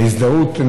ההזדהות,